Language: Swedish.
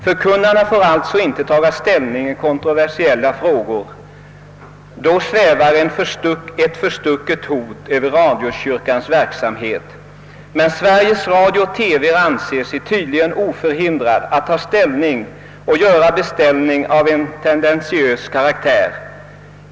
Förkunnarna får alltså inte taga ställning i kontroversiella frågor; då svävar ett förstucket hot över radiokyrkans verksamhet. Men Sveriges Radio-TV anser sig tydligen oförhindrad att ta ställning och att göra en beställning av tendentiös karaktär!